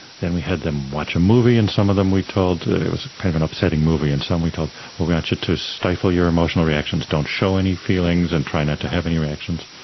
then we had them watch a movie, and some of them we told, it was kind of an upsetting movie, and some we told we want you to stifle your emotional reactions, don't show any feelings and try not to have any reactions.